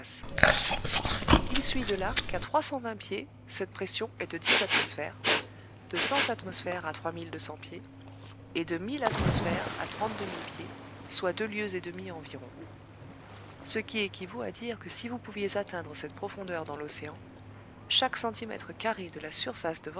il suit de là qu'à trois cent vingt pieds cette pression est de dix atmosphères de cent atmosphères à trois mille deux cents pieds et de mille atmosphères à trente-deux mille pieds soit deux lieues et demie environ ce qui équivaut à dire que si vous pouviez atteindre cette profondeur dans l'océan chaque centimètre carré de la surface de